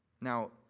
Now